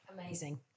Amazing